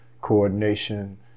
coordination